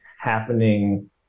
happening